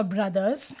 Brothers